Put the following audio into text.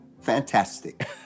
fantastic